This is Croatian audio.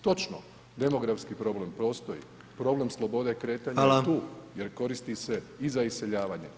Točno, demografski problem postoji, problem slobode kretanja je tu jer koristi se i za iseljavanje.